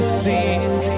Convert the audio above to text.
sing